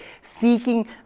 seeking